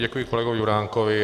Děkuji kolegovi Juránkovi.